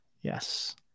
Yes